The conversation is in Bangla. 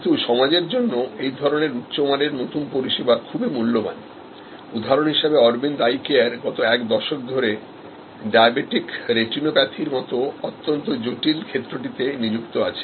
কিন্তু সমাজের জন্য এই ধরনের উচ্চমানের নতুন পরিষেবা খুবই মূল্যবান উদাহরণ হিসেবে Aravind Eye Careগত এক দশক ধরে ডায়াবেটিক রেটিনোপ্যাথির মত অত্যন্ত জটিল ক্ষেত্রটিতে নিযুক্ত আছে